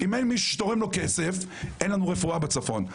אם אין מישהו שתורם לו כסף, אין לנו רפואה בצפון.